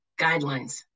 guidelines